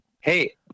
Hey